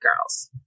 girls